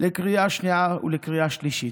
לקריאה השנייה ולקריאה השלישית.